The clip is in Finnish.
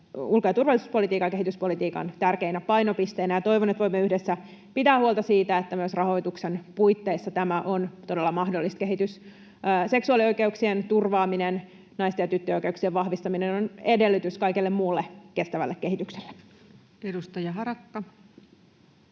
ulko- ja turvallisuuspolitiikan ja kehityspolitiikan tärkeinä painopisteinä. Toivon, että voimme yhdessä pitää huolta siitä, että myös rahoituksen puitteissa tämä on todella mahdollinen kehitys. Seksuaalioikeuksien turvaaminen ja naisten ja tyttöjen oikeuksien vahvistaminen on edellytys kaikelle muulle kestävälle kehitykselle. Edustaja Harakka.